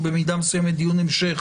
שהוא במידה מסוימת דיון המשך